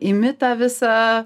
imi tą visą